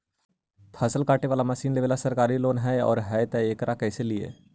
फसल काटे के मशीन लेबेला सरकारी लोन हई और हई त एकरा कैसे लियै?